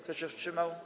Kto się wstrzymał?